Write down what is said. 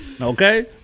Okay